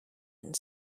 and